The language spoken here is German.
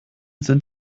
sind